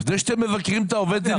זה שאתם מבקרים את העובד זה נפלא.